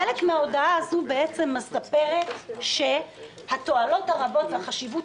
חלק מן ההודעה הזו בעצם מספרת שהתועלות הרבות והחשיבות